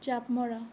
জাপ মৰা